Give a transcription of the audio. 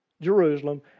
Jerusalem